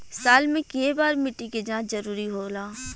साल में केय बार मिट्टी के जाँच जरूरी होला?